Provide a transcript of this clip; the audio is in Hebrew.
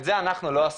את זה אנחנו לא עשינו.